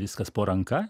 viskas po ranka